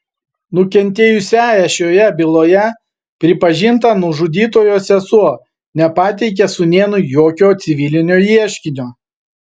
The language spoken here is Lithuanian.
nukentėjusiąja šioje byloje pripažinta nužudytojo sesuo nepateikė sūnėnui jokio civilinio ieškinio